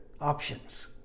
options